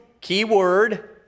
keyword